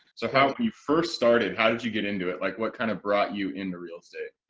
so how you first started, how did you get into it? like what kind of brought you into real estate?